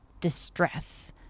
distress